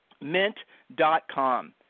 Mint.com